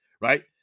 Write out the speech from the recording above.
right